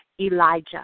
Elijah